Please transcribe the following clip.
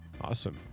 Awesome